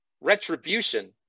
retribution